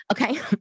Okay